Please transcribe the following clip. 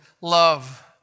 love